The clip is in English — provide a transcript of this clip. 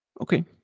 okay